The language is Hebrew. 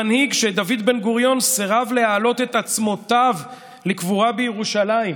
המנהיג שדוד בן-גוריון סירב להעלות את עצמותיו לקבורה בירושלים.